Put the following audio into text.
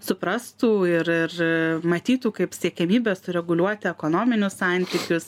suprastų ir ir matytų kaip siekiamybę sureguliuoti ekonominius santykius